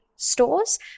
stores